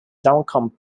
duncombe